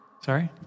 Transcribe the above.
Sorry